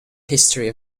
history